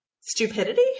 stupidity